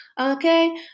Okay